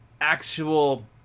actual